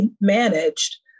managed